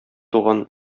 туган